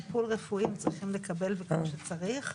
טיפול רפואי הם צריכים לקבל וכמה שצריך.